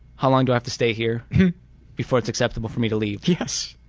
how long do i have to stay here before it's acceptable for me to leave? yes,